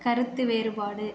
கருத்து வேறுபாடு